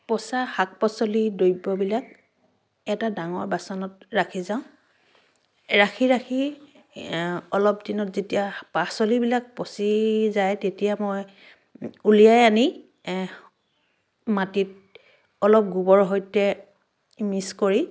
পচা শাক পাচলি দ্ৰব্যবিলাক এটা ডাঙৰ বাচনত ৰাখি যাওঁ ৰাখি ৰাখি অলপ দিনত যেতিয়া পাচলিবিলাক পচি যায় তেতিয়া মই উলিয়াই আনি মাটিত অলপ গোবৰৰ সৈতে মিক্স কৰি